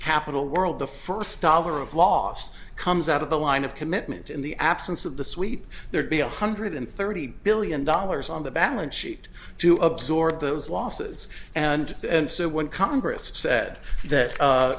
capital world the first star of last comes out of the line of commitment in the absence of the sweep there'd be a hundred and thirty billion dollars on the balance sheet to absorb those losses and so when congress said that